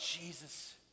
Jesus